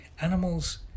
Animals